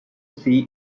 see